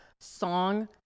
song